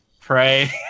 Pray